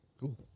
Cool